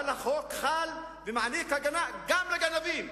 אבל החוק חל ומעניק הגנה גם לגנבים.